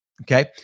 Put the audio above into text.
Okay